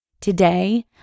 today